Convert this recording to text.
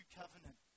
covenant